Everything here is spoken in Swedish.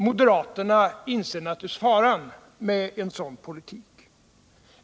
Moderaterna inser naturligtvis faran med en sådan politik.